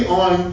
on